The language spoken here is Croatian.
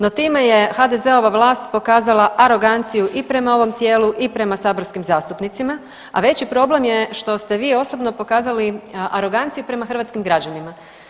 No, time je HDZ-ova vlast pokazala aroganciju i prema ovom tijelu i prema saborskim zastupnicima, a veći problem je što ste vi osobno pokazali aroganciju prema hrvatskih građanima.